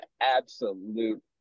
absolute